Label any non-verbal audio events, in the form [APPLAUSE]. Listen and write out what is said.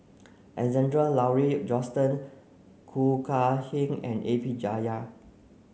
Alexander Laurie Johnston Khoo Kay Hian and A P [UNINTELLIGIBLE]